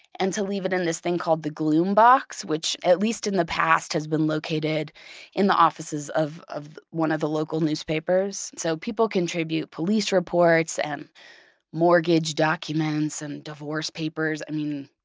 and to leave it in this thing called the gloom box. which, at least in the past, has been located in the offices of of one of the local newspapers so, people contribute police reports and mortgage documents and divorce papers. i mean,